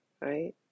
Right